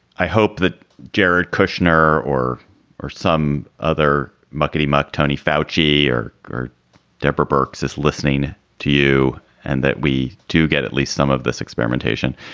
i hope that jared kushner or or some other muckety muck, tony fauji or or deborah berk's is listening to you and that we do get at least some of this experimentation.